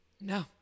No